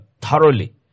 thoroughly